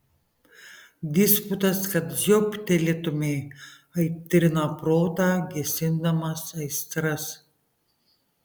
disputas kad žioptelėtumei aitrina protą gesindamas aistras